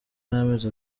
n’amezi